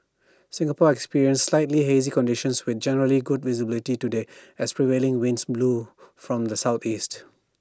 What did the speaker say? Singapore experienced slightly hazy conditions with generally good visibility today as prevailing winds blow from the Southeast